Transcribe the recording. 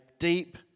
Deep